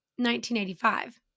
1985